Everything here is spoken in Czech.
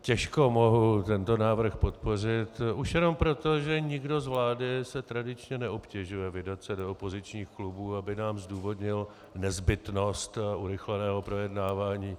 Těžko mohu tento návrh podpořit už jenom proto, že nikdo z vlády se tradičně neobtěžuje vydat se do opozičních klubů, aby nám zdůvodnil nezbytnost urychleného projednávání.